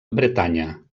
bretanya